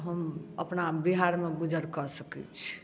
तऽ हम अपना बिहारमे गुजर कऽ सकैत छी